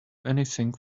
anything